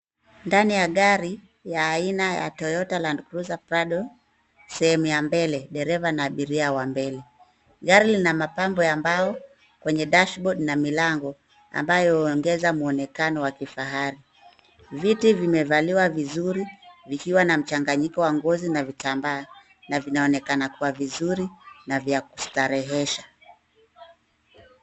Ndani ya gari ya aina ya Toyota Land Cruiser Prado, sehemu ya mbele, dereva na abiria wa mbele. Gari lina mapambo ya mbao kwenye dashboard na milango, ambayo huongeza mwonekano wa kifahari. Viti vimevaliwa vizuri vikiwa na mchanganyiko wa ngozi na vitambaa na vinaoneka na kuwa vizuri na vya kustarehesha.